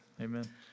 Amen